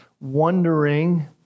wondering